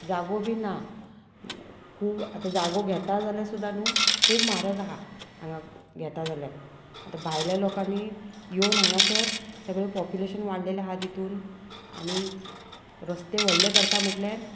जागो बी ना खूब आतां जागो घेता जाल्यार सुद्दा न्हू खूब म्हारग आहा हांगा घेता जाल्यार आतां भायल्या लोकांनी येवन हांगासर सगळें पोप्युलेशन वाडलेलें आहा तितून आनी रस्ते व्हडले करता म्हटल्यार